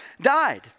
died